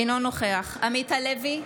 אינו נוכח עמית הלוי,